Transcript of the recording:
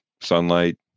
sunlight